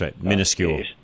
minuscule